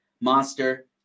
Monster